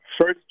first